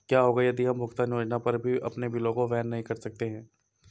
क्या होगा यदि हम भुगतान योजना पर भी अपने बिलों को वहन नहीं कर सकते हैं?